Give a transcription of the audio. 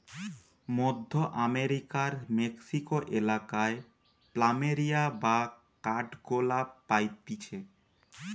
মধ্য আমেরিকার মেক্সিকো এলাকায় প্ল্যামেরিয়া বা কাঠগোলাপ পাইতিছে